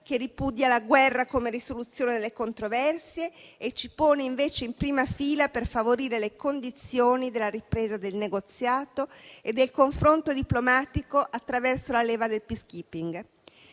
che ripudia la guerra come risoluzione delle controversie e ci pone, invece, in prima fila per favorire le condizioni della ripresa del negoziato e del confronto diplomatico attraverso la leva del *peacekeeping*.